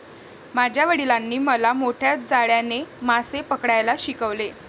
माझ्या वडिलांनी मला मोठ्या जाळ्याने मासे पकडायला शिकवले